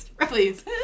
Please